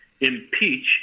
impeach